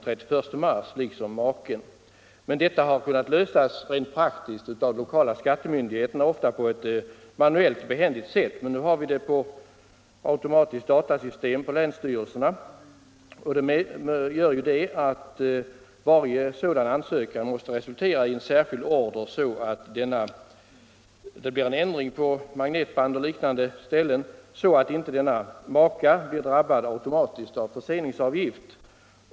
Rent praktiskt har detta hittills kunnat lösas manuellt på ett behändigt sätt av de lokala skattemyndigheterna, men nu databehandlas skattefrågorna automatiskt hos länsstyrelserna, och då måste varje ansökan om anstånd inmatas på magnetband för att inte berörd maka skall drabbas av förseningsavgift.